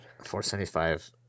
$475